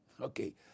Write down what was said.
Okay